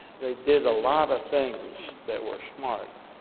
they did a lot of things, that were smart,